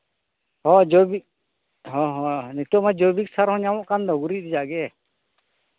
ᱦᱳᱭ ᱡᱳᱭᱵᱤᱠ ᱦᱚᱸ ᱦᱚᱸ ᱱᱤᱛᱳᱝ ᱢᱟ ᱡᱳᱭᱵᱤᱠ ᱥᱟᱨ ᱦᱚᱸ ᱧᱟᱢᱚᱜ ᱠᱟᱱ ᱫᱚ ᱜᱩᱨᱤᱡ ᱨᱮᱭᱟᱜ ᱜᱮ